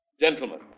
Gentlemen